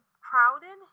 crowded